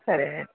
సరే అండి